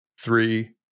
three